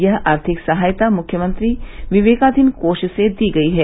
यह आर्थिक सहायता मुख्यमंत्री विवेकाधीन कोष से दी गयी है